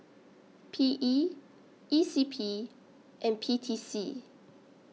P E E C P and P T C